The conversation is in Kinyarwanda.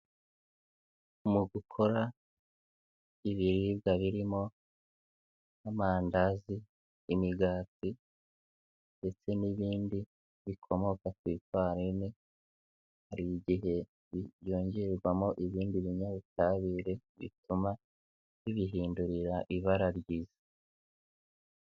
Mu gukora ibiribwa birimo amandazi, imigati ndetse n'ibindi bikomoka ku ifarine hari igihe byongerwamo ibindi binyabutabire bituma bibihindurira ibara ryiza.